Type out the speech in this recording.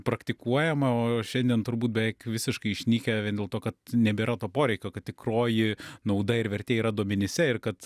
praktikuojama o šiandien turbūt beveik visiškai išnykę vien dėl to kad nebėra to poreikio kad tikroji nauda ir vertė yra duomenyse ir kad